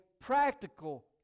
practical